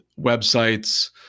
websites